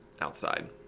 outside